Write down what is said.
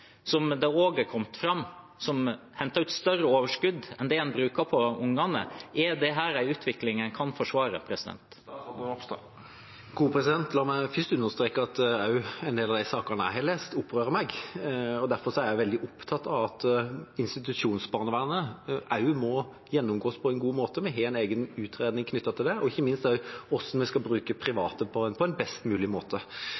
som det også er kommet fram, som henter ut større overskudd enn det de bruker på ungene. Er dette en utvikling en kan forsvare? La meg først understreke at en del av de sakene jeg har lest om, også opprører meg. Derfor er jeg veldig opptatt av at institusjonsbarnevernet må gjennomgås på en god måte. Vi har en egen utredning knyttet til det, og ikke minst til hvordan vi skal bruke private